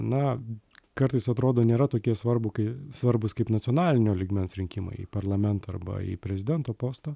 na kartais atrodo nėra tokie svarbu kai svarbūs kaip nacionalinio lygmens rinkimai į parlamentą arba į prezidento postą